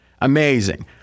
Amazing